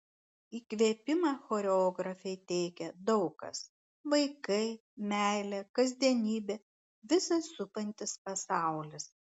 įkvėpimą choreografei teikia daug kas vaikai meilė kasdienybė visas supantis pasaulis